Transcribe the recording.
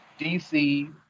DC